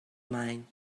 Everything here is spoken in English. mind